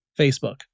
Facebook